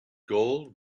gold